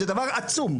זה דבר עצום.